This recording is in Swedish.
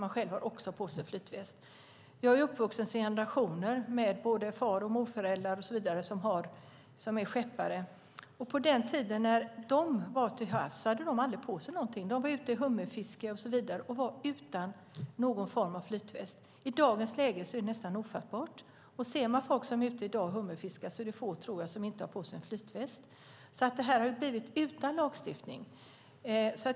Man har också på sig flytväst själv. Jag är uppvuxen med både far och morföräldrar och så vidare som är skeppare, och på den tiden de var ute till havs hade de aldrig på sig någonting. De var ute på hummerfiske och så vidare och var utan någon form av flytväst. I dagens läge är det nästan ofattbart. Ser man folk som i dag är ute och hummerfiskar tror jag att man ser få som inte har på sig flytväst. Det har blivit så utan lagstiftning.